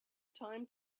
time